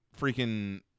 freaking